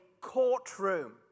courtroom